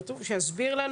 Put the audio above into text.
שיסביר לנו.